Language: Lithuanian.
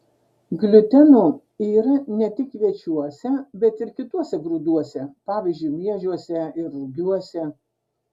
gliuteno yra ne tik kviečiuose bet ir kituose grūduose pavyzdžiui miežiuose ir rugiuose